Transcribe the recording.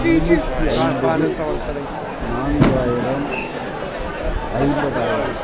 முன்னூற்றி ஐம்பது நான்காயிரம் ஐம்பதாயிரம்